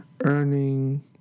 earning